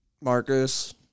Marcus